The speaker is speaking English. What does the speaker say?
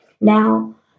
Now